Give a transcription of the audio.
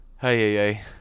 Hey